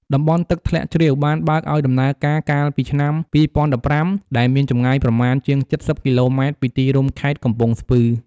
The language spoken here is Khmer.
តំបន់ទឹកធ្លាក់ជ្រាវបានបើកឲ្យដំណើរការកាលពីឆ្នាំ២០១៥ ដែល មានចម្ងាយប្រមាណជាង ៧០ គីឡូម៉ែត្រពីទីរួមខេត្តកំពង់ស្ពឺ ។